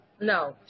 no